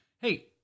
Hey